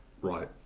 right